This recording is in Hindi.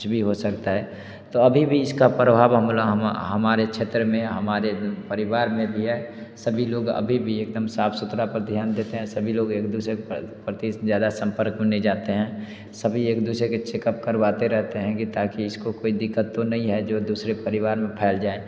कुछ भी हो सकता है तो अभी इसका प्रभाव हमारे क्षेत्र में हमारे परिवार में भी है सभी लोग अभी भी एकदम साफ सुथरा पर ध्यान देते हैं सभी लोग एक दूसरे के प्रति ज़्यादा संपर्क में नहीं जाते हैं सभी एक दूसरे के चेकअप करवाते रहते हैं कि ताकि इसको कोई दिक्कत तो नहीं है जो दूसरे परिवार में फैल जाए